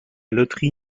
loterie